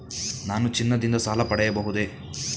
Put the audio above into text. ನಾನು ಚಿನ್ನದಿಂದ ಸಾಲ ಪಡೆಯಬಹುದೇ?